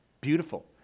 Beautiful